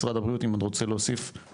משרד הבריאות אם רוצה להוסיף.